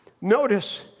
Notice